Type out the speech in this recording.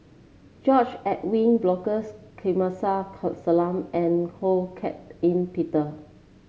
George Edwin Bogaars Kamsari Salam and Ho Hak Ean Peter